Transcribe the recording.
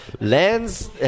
Lens